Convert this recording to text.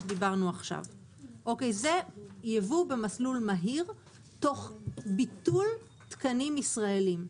זה ייבוא במסלול מהיר, תוך ביטול תקנים ישראלים.